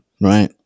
Right